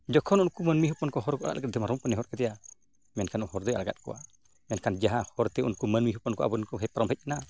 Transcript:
ᱡᱚᱠᱷᱚᱱ ᱩᱱᱠᱩ ᱢᱟᱹᱱᱢᱤ ᱦᱚᱯᱚᱱ ᱱᱮᱦᱚᱨ ᱠᱮᱫᱮᱭᱟ ᱢᱮᱱᱠᱷᱟᱱ ᱦᱚᱨ ᱫᱚᱭ ᱟᱲᱟᱜᱟᱜ ᱠᱚᱣᱟ ᱢᱮᱱᱠᱷᱟᱱ ᱡᱟᱦᱟᱸ ᱦᱚᱨᱛᱮ ᱩᱱᱠᱩ ᱢᱟᱹᱱᱢᱤ ᱦᱚᱯᱚᱱ ᱠᱚ ᱟᱵᱚᱨᱮᱱ ᱠᱚ ᱦᱮᱡ ᱯᱟᱨᱚᱢ ᱦᱮᱡ ᱮᱱᱟ